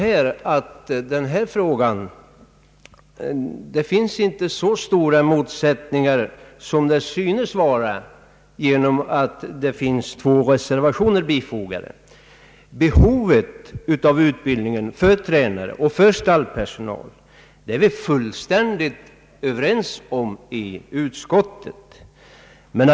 I denna fråga föreligger i själva verket inte så stora motsättningar som det kan förefalla på grund av det förhållandet att två reservationer har fogats till utskottets utlåtande. Inom utskottet är vi helt eniga om behovet av utbildning för tränare och för stallpersonal.